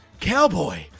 Cowboy